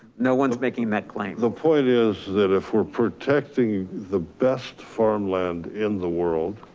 no one's making that claim. the point is that if we're protecting the best farmland in the world,